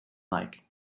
like